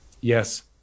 Yes